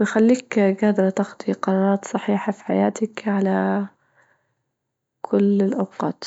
ويخليك قادرة تاخدي قرارات صحيحة في حياتك على كل الأوقات.